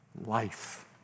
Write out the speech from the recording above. life